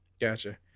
Gotcha